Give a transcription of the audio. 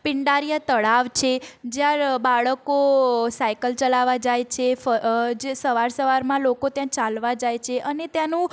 પિંડારીયા તળાવ છે જ્યાં બાળકો સાઇકલ ચલાવવા જાય છે જે સવાર સવારમાં લોકો ત્યાં ચાલવા જાય છે અને ત્યાંનું